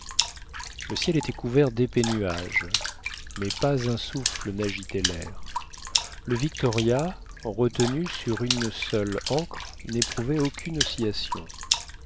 le ciel était couvert d'épais nuages mais pas un souffle n'agitait l'air le victoria retenu sur une seule ancre n'éprouvait aucune